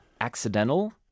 accidental